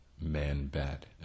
man-bat